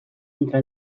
entre